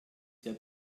sehr